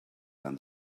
than